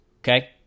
Okay